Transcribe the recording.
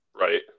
Right